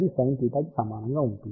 కాబట్టి అది sinθ కి సమానంగా ఉంటుంది